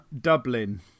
Dublin